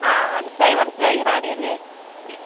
ആ മനസ്സിലായി മനസ്സിലായി റാണിയല്ലേ